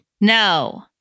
No